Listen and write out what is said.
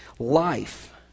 Life